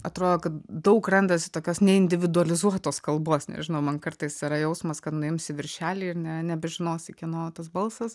atrodo kad daug randasi tokios neindividualizuotos kalbos nežinau man kartais yra jausmas kad nuimsi viršelį ir ne nebežinosi kieno tas balsas